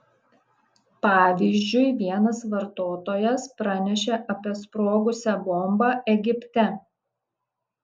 pavyzdžiui vienas vartotojas pranešė apie sprogusią bombą egipte